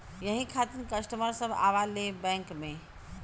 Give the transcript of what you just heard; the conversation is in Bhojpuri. यही खातिन कस्टमर सब आवा ले बैंक मे?